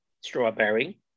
Strawberry